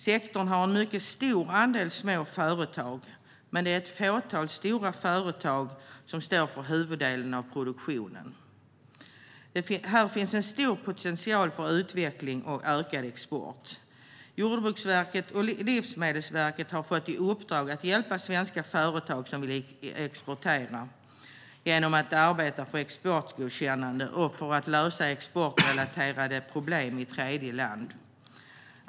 Sektorn har en mycket stor andel små företag, men det är ett fåtal stora företag som står för huvuddelen av produktionen. Här finns en stor potential för utveckling och ökad export. Jordbruksverket och Livsmedelsverket har fått i uppdrag att hjälpa svenska företag som vill exportera genom att arbeta för exportgodkännande och för att lösa exportrelaterade problem i tredjeland.